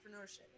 entrepreneurship